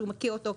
שהוא מכיר אותו,